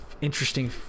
interesting